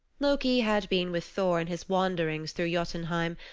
loki had been with thor in his wanderings through jotunheim,